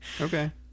Okay